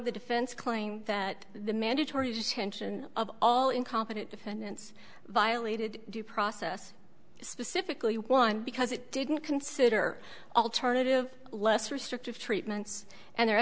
the defense claim that the mandatory detention of all incompetent defendants violated due process specifically one because it didn't consider alternative less restrictive treatments and their